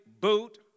boot